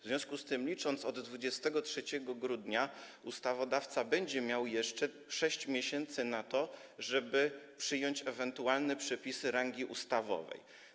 W związku z tym, licząc od 23 grudnia, ustawodawca będzie miał jeszcze 6 miesięcy na to, żeby przyjąć ewentualne przepisy rangi ustawowej.